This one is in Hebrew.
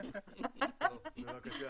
בבקשה.